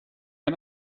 ein